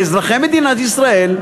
לאזרחי מדינת ישראל,